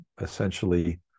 essentially